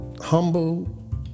humble